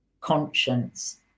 conscience